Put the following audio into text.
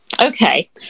okay